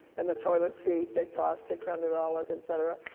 and the toilet seat that cost six hundred dollars, et cetera.